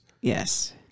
Yes